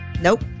Nope